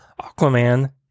Aquaman